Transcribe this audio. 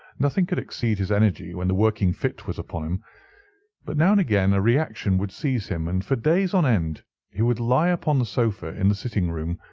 nothing could exceed his energy when the working fit was upon him but now and again a reaction would seize him, and for days on end he would lie upon the sofa in the sitting-room,